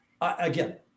again